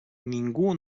ningú